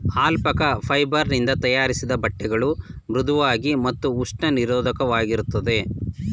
alpaca fibre ನಿಂದ ತಯಾರಿಸಿದ ಬಟ್ಟೆಗಳು ಮೃಧುವಾಗಿ ಮತ್ತು ಉಷ್ಣ ನಿರೋಧಕವಾಗಿರುತ್ತದೆ